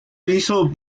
hizo